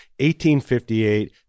1858